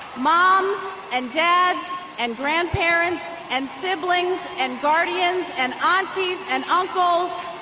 moms and dads and grandparents and siblings and guardians and aunties and uncles.